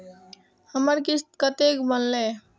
हमर किस्त कतैक बनले?